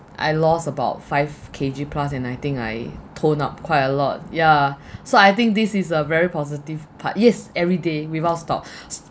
I lost about five K_G plus and I think I toned up quite a lot yeah so I think this is a very positive part yes every day without stop